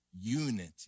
unity